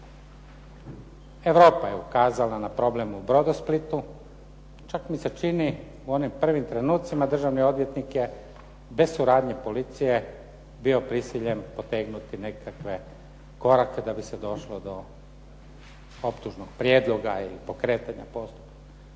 Europa je ukazala na problem u "Brodosplitu". Čak mi se čini u onim prvim trenucima državni odvjetnik je bez suradnje policije bio prisiljen potegnuti nekakve korake da bi se došlo do optužnog prijedloga ili pokretanja postupka,